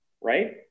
Right